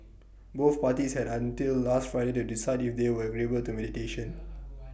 both parties had until last Friday to decide if they were agreeable to mediation